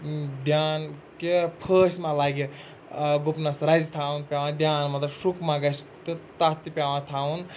دھیان کہِ پھٲسۍ ما لَگہِ ٲں گُپنَس رَزِ تھاوُن پیٚوان دھیان مَطلَب شُرٛک ما گژھہِ تہٕ تَتھ تہِ پیٚوان تھاوُن